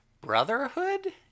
Brotherhood